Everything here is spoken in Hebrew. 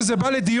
שזה בא לדיון,